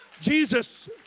Jesus